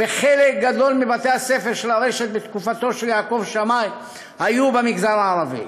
וחלק גדול מבתי-הספר של הרשת בתקופתו של יעקב שמאי היו במגזר הערבי.